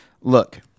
Look